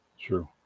True